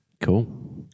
cool